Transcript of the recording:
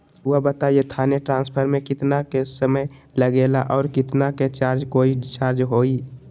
रहुआ बताएं थाने ट्रांसफर में कितना के समय लेगेला और कितना के चार्ज कोई चार्ज होई?